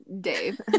Dave